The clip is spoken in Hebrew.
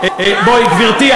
בואי גברתי,